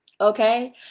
Okay